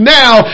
now